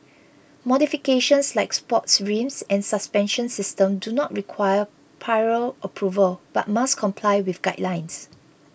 modifications like sports rims and suspension systems do not require approval but must comply with guidelines